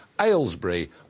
Aylesbury